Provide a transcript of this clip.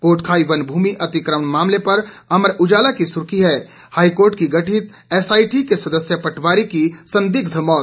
कोटखाई वन भूमि अतिक्रमण मामले पर अमर उजाला की सुर्खी है हाईकोर्ट की गठित एसआईटी के सदस्य पटवारी की संदिग्ध मौत